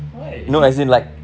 why